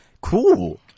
cool